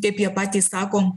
kaip jie patys sako